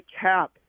cap